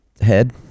head